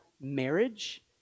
marriage